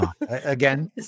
again